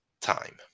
time